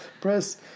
Press